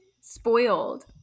Spoiled